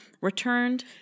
returned